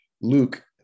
luke